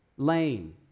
lame